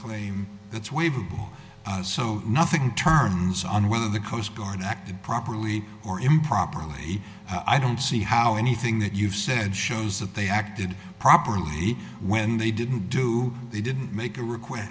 waived so nothing turns on whether the coast guard acted properly or improperly i don't see how anything that you've said shows that they acted properly when they didn't do they didn't make a re